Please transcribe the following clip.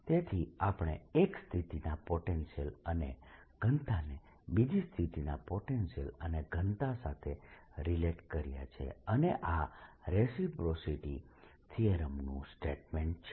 તેથી આપણે એક સ્થિતિના પોટેન્શિયલ અને ઘનતાને બીજી સ્થિતિના પોટેન્શિયલ અને ઘનતા સાથે રિલેટ કર્યા છે અને આ રેસિપ્રોસિટી થીયરમનું સ્ટેટમેન્ટ છે